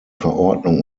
verordnung